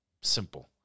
Simple